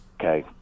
okay